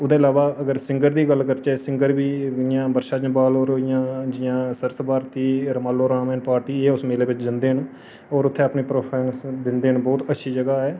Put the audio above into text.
ओह्दे अलावा सिंगर दी गल्ल करचै ते सिंगर ' बी जि'यां वर्षा जम्वाल होर होईयां जि'यां सर्स भारती रमालो राम एण्ड़ पार्टी उस मेले बिच जंदे न होर उत्थै अपनी पर्फोमेंस बगैरा दिंदे न बहुत अच्छी जगह ऐ